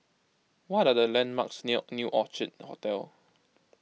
what are the landmarks near New Orchid Hotel